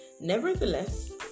Nevertheless